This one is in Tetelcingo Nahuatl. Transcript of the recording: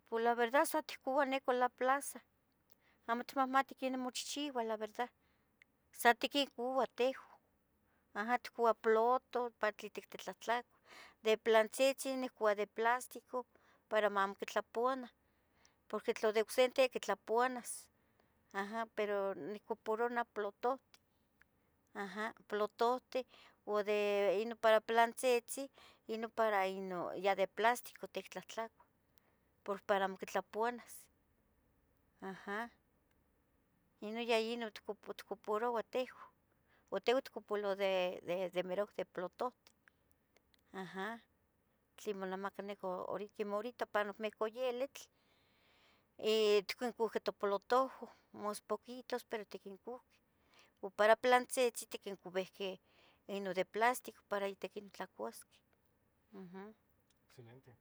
Pos la verdad san itcouah nicu la plaza, amo itmatih quenih mochichiua la verdad, sa tiquincouah tehua, aha, itcouah plotoh pa itic titlahtlacuah, de pilantzitzin nicoua de plástico, para mamuamo quitlapuanah, porqui tla de ocsente quitlapuanas aha, niccoua puro noplatohteh, aha, platohteh ua de ino para pilantzitzi, ino para ino ya de palstico tictlahtlanih, por para amo quitlapuanas, aha, ino yeh ino ito itocuparouah tehua, ua tehua itocuparouah de de mirauac de platohteh, aha, tle monamaca nicu, quemeh horita panoc nicu ielitl, eh itquincouqueh toplatohua mas poquitos pero otquincouqueh ua para pilantzitzin itquincobihqueh ino de platico para ihtic tlacuasqueh, uhm.